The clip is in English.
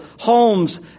homes